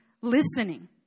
listening